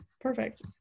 perfect